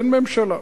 אין ממשלה.